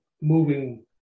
moving